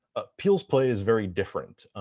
ah, peele's play is very different.